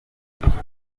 amateka